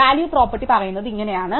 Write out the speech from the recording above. value property പറയുന്നത് ഇങ്ങനെയാണ്